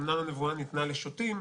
אמנם הנבואה ניתנה לשוטים,